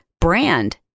brand